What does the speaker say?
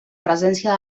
presència